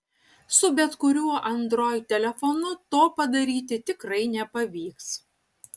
su bet kuriuo android telefonu to padaryti tikrai nepavyks